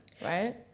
right